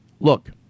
Look